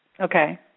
Okay